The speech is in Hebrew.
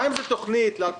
גם אם זאת תכנית ל-2020-2021,